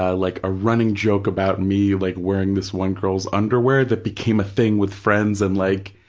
ah like a running joke about me like wearing this one girl's underwear that became a thing with friends and like,